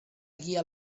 guia